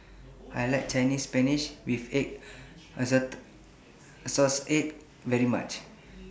I like Chinese Spinach with Egg assort assorts Eggs very much